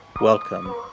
Welcome